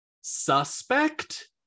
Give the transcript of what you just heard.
suspect